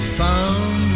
found